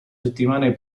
settimane